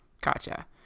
gotcha